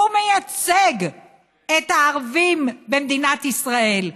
והוא מייצג את הערבים במדינת ישראל.